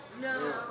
No